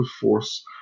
force